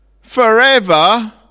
forever